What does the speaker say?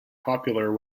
popular